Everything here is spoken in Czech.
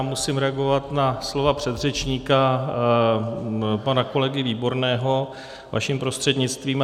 Musím reagovat na slova předřečníka pana kolegy Výborného vaším prostřednictvím.